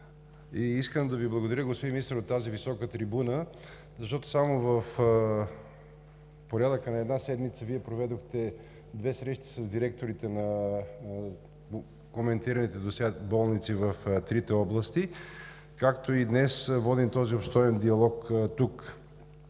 Искам да Ви благодаря, господин Министър, от тази висока трибуна, защото само в порядъка на една седмица Вие проведохте две срещи с директорите на коментираните досега болници в трите области, както и днес водим този обстоен диалог.